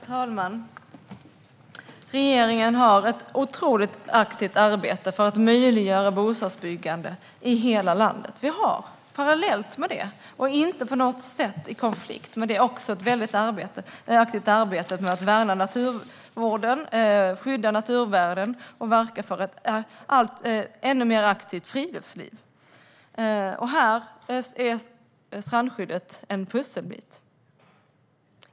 Herr talman! Regeringen gör ett otroligt aktivt arbete för att möjliggöra bostadsbyggande i hela landet. Regeringen utför parallellt med det, och inte på något sätt i konflikt, ett aktivt arbete med att värna naturvården, skydda naturvärden och verka för ett ännu mer aktivt friluftsliv. Här är strandskyddet en pusselbit.